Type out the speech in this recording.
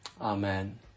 Amen